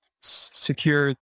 secure